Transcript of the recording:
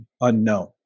unknown